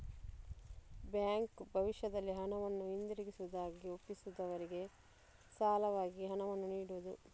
bank ಭವಿಷ್ಯದಲ್ಲಿ ಹಣವನ್ನ ಹಿಂದಿರುಗಿಸುವುದಾಗಿ ಒಪ್ಪಿಕೊಳ್ಳುವವರಿಗೆ ಸಾಲವಾಗಿ ಹಣವನ್ನ ನೀಡುದು